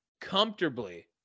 comfortably